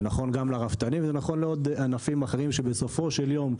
זה נכון לרפתנים וזה נכון גם לענפים אחרים שבסופו של יום,